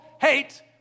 hate